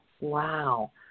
Wow